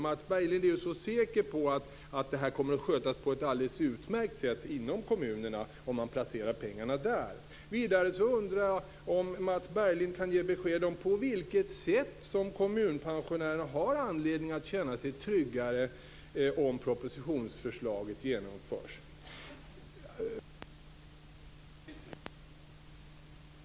Mats Berglind är ju säker på att det här kommer att skötas på ett alldeles utmärkt sätt, om pengarna placeras inom kommunerna. Vidare undrar jag om Mats Berglind kan ge besked om på vilket sätt kommunpensionärerna har anledning att känna sig tryggare, om propositionsförslaget genomförs.